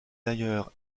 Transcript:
d’ailleurs